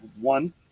one